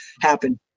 happen